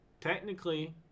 technically